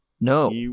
No